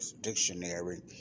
Dictionary